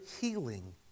healing